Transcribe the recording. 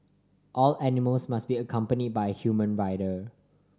all animals must be accompany by human rider